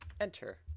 enter